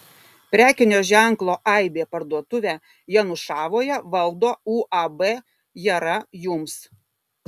prekinio ženklo aibė parduotuvę janušavoje valdo uab jara jums